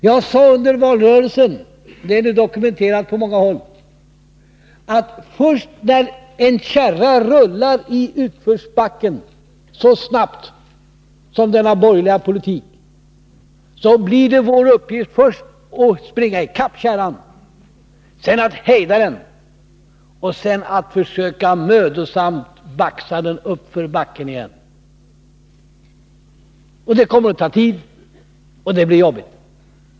Jag sade under valrörelsen — det är dokumenterat på många håll — att när en kärra har rullat så fort i utförsbacken som den borgerliga politiken har gjort, så blir vår första uppgift att springa i kapp kärran och hejda den. Därefter får vi mödosamt försöka baxa den uppför backen igen. Det kommer att ta tid och det blir jobbigt.